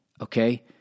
okay